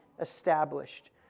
established